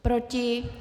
Proti?